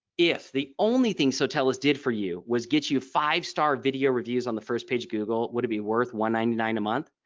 if the only thing sotellus did for you was get you five star video reviews on the first page of google would it be worth one ninety-nine a month.